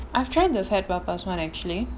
I've tried the Fat Papas [one] actually